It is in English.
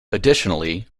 additionally